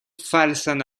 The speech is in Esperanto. falsan